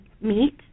meat